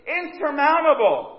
insurmountable